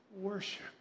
worship